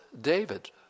David